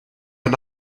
and